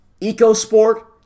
EcoSport